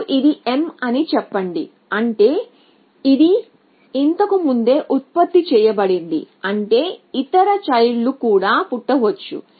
ఇప్పుడు ఇది m అని చెప్పండి అంటే ఇది ఇంతకు ముందే ఉత్పత్తి చేయబడింది అంటే ఇతర చైల్డ్ లు కూడా పుట్టవచ్చు